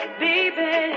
baby